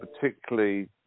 particularly